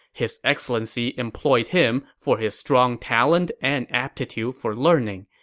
his excellency employed him for his strong talent and aptitude for learning.